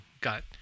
got